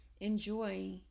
enjoy